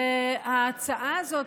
וההצעה הזאת,